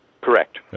Correct